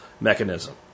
mechanism